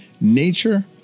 nature